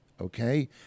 okay